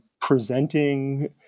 presenting